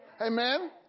Amen